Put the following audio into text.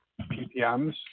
PPMs